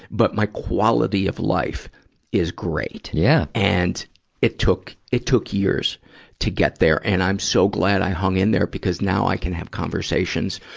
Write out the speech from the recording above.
but my quality of life is great. yeah and it took, it took years to get there, and i'm so glad i hung in there, because now i can have conversations